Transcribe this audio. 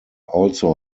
also